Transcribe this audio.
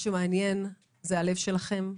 מה שמעניין הוא הלב שלכם,